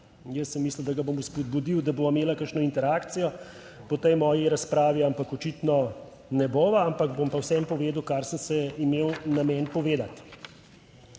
Jaz sem mislil, da ga bom spodbudil, da bova imela kakšno interakcijo po tej moji razpravi, ampak očitno ne bova. Ampak bom pa vseeno povedal, kar sem imel namen povedati.